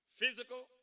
physical